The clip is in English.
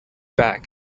back